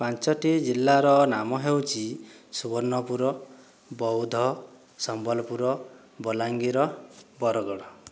ପାଞ୍ଚଟି ଜିଲ୍ଲାର ନାମ ହେଉଛି ସୁବର୍ଣ୍ଣପୁର ବୌଦ୍ଧ ସମ୍ବଲପୁର ବଲାଙ୍ଗୀର ବରଗଡ଼